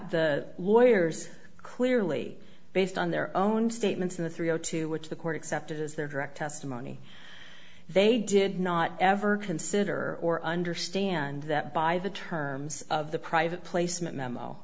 the lawyers clearly based on their own statements in the three o two which the court accepted as their direct testimony they did not ever consider or understand that by the terms of the private placement memo